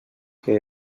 que